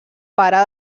pare